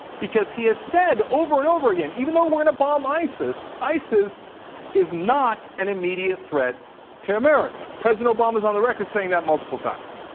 because he has said over and over again, even though we're gonna bomb isis, isis is not an immediate threat to america. president obama's on the record saying that multiple times.